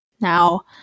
now